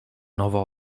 nowo